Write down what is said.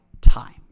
time